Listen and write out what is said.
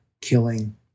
killing